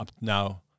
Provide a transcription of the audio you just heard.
now